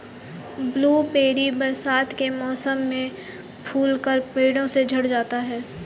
blueberry बरसात के मौसम में फूलकर पेड़ों से झड़ जाते हैं